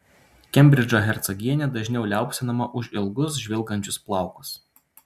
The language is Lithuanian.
kembridžo hercogienė dažniau liaupsinama už ilgus žvilgančius plaukus